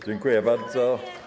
Dziękuję bardzo.